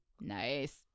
Nice